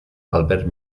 albert